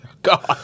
God